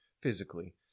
physically